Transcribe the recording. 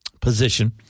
position